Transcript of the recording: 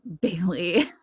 Bailey